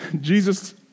Jesus